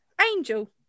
Angel